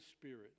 Spirit